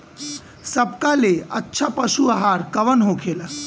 सबका ले अच्छा पशु आहार कवन होखेला?